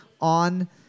on